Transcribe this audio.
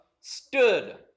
stood